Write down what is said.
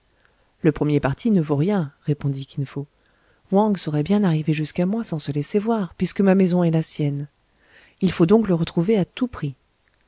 le premier parti ne vaut rien répondit kin fo wang saurait bien arriver jusqu'à moi sans se laisser voir puisque ma maison est la sienne il faut donc le retrouver à tout prix